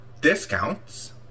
discounts